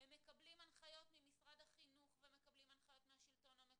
הם מקבלים הנחיות ממשרד החינוך ומקבלים הנחיות מהשלטון המקומי,